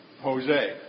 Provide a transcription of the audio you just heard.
Jose